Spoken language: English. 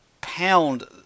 pound